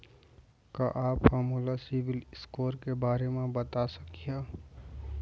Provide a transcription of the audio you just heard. का आप हा मोला सिविल स्कोर के बारे मा बता सकिहा?